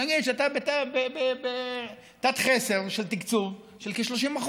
נגיד שאתה בתת-חסר של תקצוב של כ-30%,